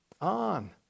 on